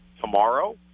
tomorrow